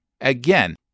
Again